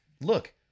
look